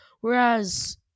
Whereas